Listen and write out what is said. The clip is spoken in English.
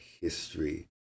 history